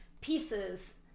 pieces